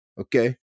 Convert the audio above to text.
Okay